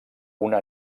una